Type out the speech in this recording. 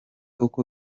uko